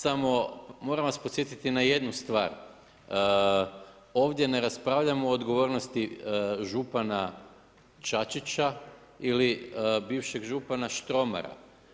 Samo moram vas podsjetiti na jednu stvar, ovdje ne raspravljamo o odgovornosti župana Čačića ili bivšeg župana Štromara.